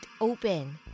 open